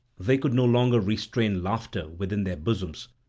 they could no longer restrain laughter within their bosoms,